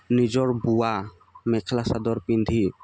নিজৰ বোৱা মেখেলা চাদৰ পিন্ধি